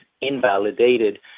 invalidated